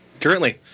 Currently